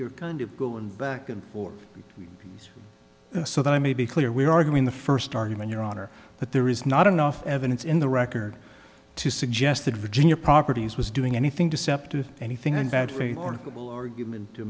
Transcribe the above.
you're kind of go in back and forth so that i may be clear we're arguing the first argument your honor but there is not enough evidence in the record to suggest that virginia properties was doing anything deceptive anything on bad faith article argument to